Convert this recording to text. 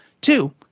Two